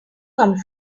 come